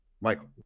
Michael